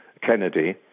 Kennedy